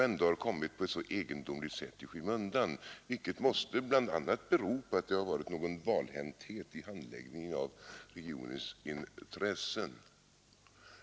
Ändock har denna bygd på ett så egendomligt sätt kommit i skymundan, vilket bl.a. måste bero på att det har varit någon valhänthet i handläggningen av regionens intressen.